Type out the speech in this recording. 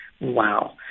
Wow